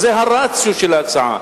זה הרציו של ההצעה,